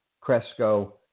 Cresco